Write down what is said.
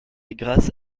grâce